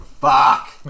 Fuck